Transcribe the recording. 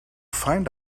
find